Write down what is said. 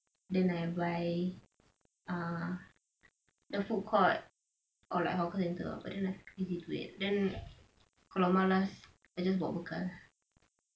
then I buy uh the food court or like hawker centre but then I lazy do it then kalau malas I just bawa bekal